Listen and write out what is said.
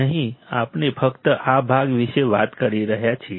અહીં આપણે ફક્ત આ ભાગ વિશે વાત કરી રહ્યા છીએ